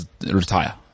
Retire